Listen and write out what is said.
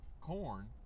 corn